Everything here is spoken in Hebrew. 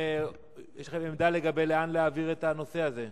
האם יש לכם עמדה לאן להעביר את הנושא הזה?